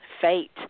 fate